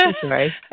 sorry